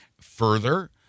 further